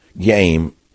game